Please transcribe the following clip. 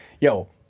Yo